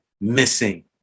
missing